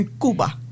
Cuba